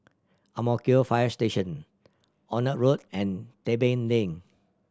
Ang Mo Kio Fire Station Onraet Road and Tebing Lane